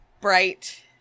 bright